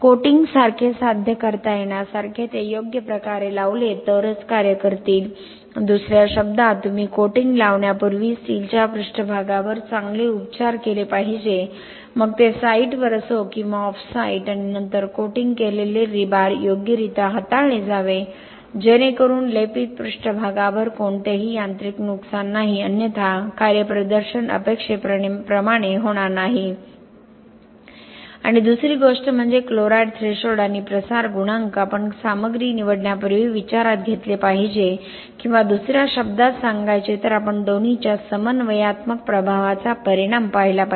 coatings सारखे साध्य करता येण्यासारखे ते योग्य प्रकारे लावले तरच कार्य करतील दुसऱ्या शब्दांत तुम्ही कोटिंग लावण्यापूर्वी स्टीलच्या पृष्ठभागावर चांगले उपचार केले पाहिजे मग ते साइटवर असो किंवा ऑफ साइट आणि नंतर कोटिंग केलेले रीबार योग्यरित्या हाताळले जावे जेणेकरून लेपित पृष्ठभागावर कोणतेही यांत्रिक नुकसान नाही अन्यथा कार्यप्रदर्शन अपेक्षेप्रमाणे होणार नाही आणि दुसरी गोष्ट म्हणजे क्लोराईड थ्रेशोल्ड आणि प्रसार गुणांक आपण सामग्री निवडण्यापूर्वी विचारात घेतले पाहिजे किंवा दुसर्या शब्दात सांगायचे तर आपण दोन्हीच्या समन्वयात्मक प्रभावाचा परिणाम पाहिला पाहिजे